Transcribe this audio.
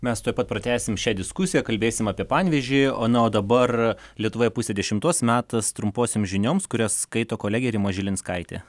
mes tuoj pat pratęsim šią diskusiją kalbėsim apie panevėžį o na o dabar lietuvoje pusė dešimtos metas trumposiom žinioms kurias skaito kolegė rima žilinskaitė